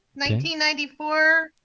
1994